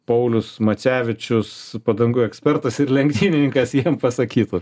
paulius macevičius padangų ekspertas ir lenktynininkas jiem pasakytų